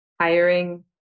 hiring